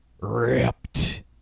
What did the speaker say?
ripped